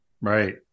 Right